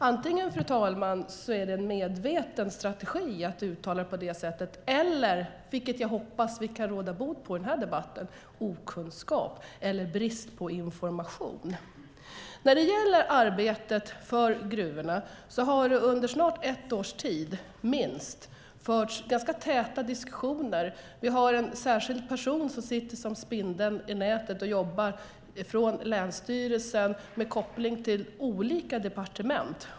Antingen är det, fru talman, en medveten strategi att uttala sig på det sättet eller så handlar det om okunskap eller brist på information, vilket jag i så fall hoppas att vi med den här debatten kan råda bot på. När det gäller arbetet för gruvorna har det under ett års tid förts ganska täta diskussioner. Vi har en särskild person som sitter som spindeln i nätet vid länsstyrelsen och jobbar med koppling till olika departement.